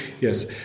Yes